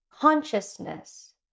consciousness